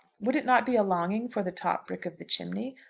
would it not be a longing for the top brick of the chimney,